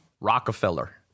Rockefeller